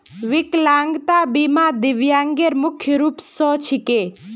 विकलांगता बीमा दिव्यांगेर मुख्य रूप स छिके